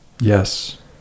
Yes